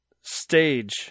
stage